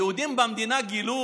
היהודים במדינה גילו,